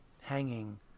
hanging